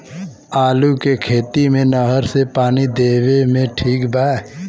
आलू के खेती मे नहर से पानी देवे मे ठीक बा?